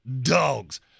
dogs